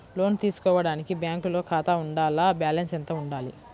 లోను తీసుకోవడానికి బ్యాంకులో ఖాతా ఉండాల? బాలన్స్ ఎంత వుండాలి?